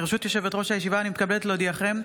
ברשות יושבת-ראש הישיבה, אני מתכבדת להודיעכם,